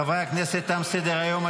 חברי הכנסת, תם סדר-היום.